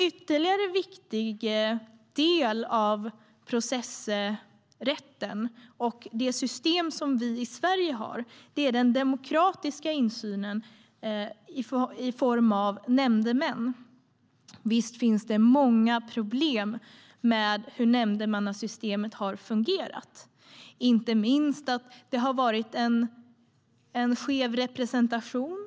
Ytterligare en viktig del av processrätten och det system som vi i Sverige har är den demokratiska insynen i form av nämndemän. Visst har det funnits många problem med hur nämndemannasystemet har fungerat, inte minst att det har varit en skev representation.